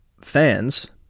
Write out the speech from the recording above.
fans